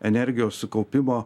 energijos sukaupimo